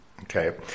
okay